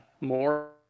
more